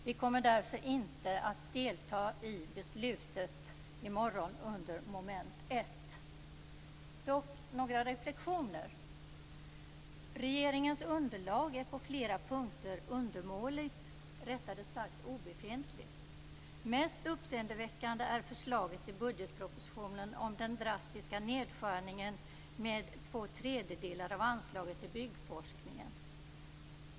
Vi kommer därför inte att delta i beslutet i morgon under mom. 1. Dock har jag några reflexioner. Regeringens underlag är på flera punkter undermåligt - eller rättare sagt obefintligt. Mest uppseendeväckande är förslaget i budgetpropositionen om den drastiska nedskärningen med två tredjedelar av anslaget till byggforskningen.